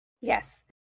Yes